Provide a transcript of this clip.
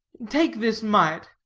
take this mite.